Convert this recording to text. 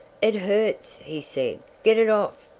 it hurts! he said. get it off!